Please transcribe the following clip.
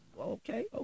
okay